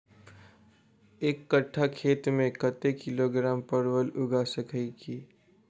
एक कट्ठा खेत मे कत्ते किलोग्राम परवल उगा सकय की??